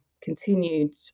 continued